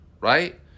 Right